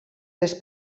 les